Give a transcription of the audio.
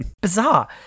Bizarre